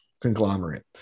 conglomerate